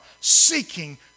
seeking